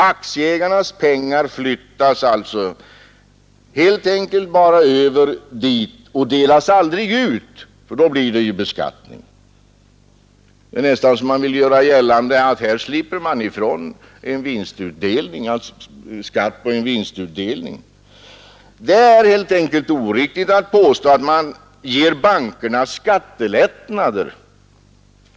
Aktieägarnas pengar flyttas helt enkelt bara över dit och delas aldrig ut — i så fall skulle det ju bli en beskattning. Det förefaller nästan som om man vill göra gällande att aktieägarna slipper ifrån skatt på en vinstutdelning. Det är helt enkelt oriktigt att påstå att man ger bankerna skattelättnader.